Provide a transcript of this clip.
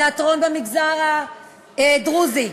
תיאטרון במגזר הדרוזי,